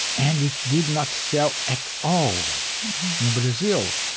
and it did not sell at all in brazil.